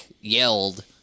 yelled